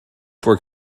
for